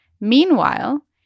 Meanwhile